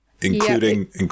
including